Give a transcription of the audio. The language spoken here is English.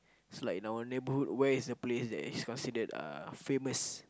so like in our neighbourhood where is the place that is considered uh famous